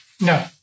No